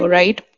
right